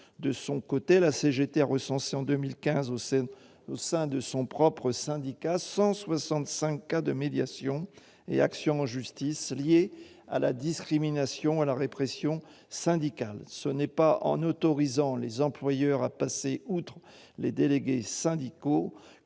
De son côté, la CGT a recensé en 2015, en son sein, 165 cas de médiations et actions en justice liées à la discrimination et à la répression syndicales. Madame la ministre, ce n'est pas en autorisant les employeurs à passer outre les délégués syndicaux